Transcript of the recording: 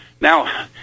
Now